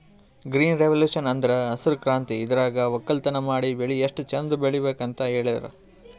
green revolution ಅಂದ್ರ ಹಸ್ರ್ ಕ್ರಾಂತಿ ಇದ್ರಾಗ್ ವಕ್ಕಲತನ್ ಮಾಡಿ ಬೆಳಿ ಎಷ್ಟ್ ಚಂದ್ ಬೆಳಿಬೇಕ್ ಅಂತ್ ಹೇಳ್ತದ್